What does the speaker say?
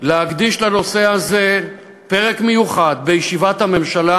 להקדיש לנושא הזה פרק מיוחד בישיבת הממשלה,